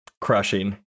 crushing